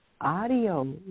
Audio